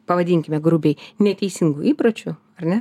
pavadinkime grubiai neteisingų įpročių ar ne